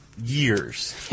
years